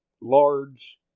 large